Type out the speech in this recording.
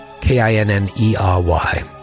K-I-N-N-E-R-Y